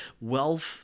wealth